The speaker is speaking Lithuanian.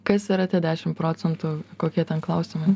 kas yra tie dešim procentų kokie ten klausimai